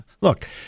look